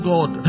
God